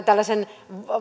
tällaisen